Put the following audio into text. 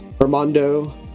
Armando